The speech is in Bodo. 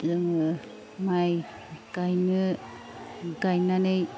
जोङो माय गायनो गायनानै